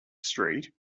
street